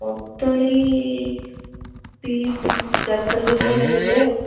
କଦଳୀ ଦି ଚାରି ଡଜନ୍ ଖଣ୍ଡେ ଦେବେ ଆଉ